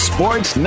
Sports